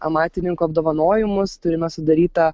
amatininkų apdovanojimus turime sudarytą